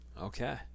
Okay